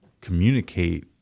communicate